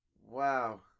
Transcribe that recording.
Wow